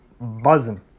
buzzing